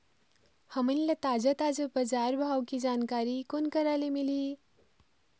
हमन ला ताजा ताजा बजार भाव के जानकारी कोन करा से मिलही?